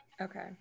Okay